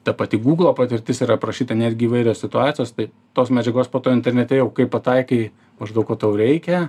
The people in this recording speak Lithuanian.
ta pati gūglo patirtis yra aprašyta netgi įvairios situacijos tai tos medžiagos po to internete jau kai pataikai maždaug ko tau reikia